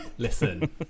Listen